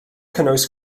cynnwys